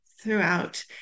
throughout